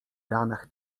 ranach